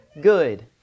good